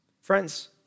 Friends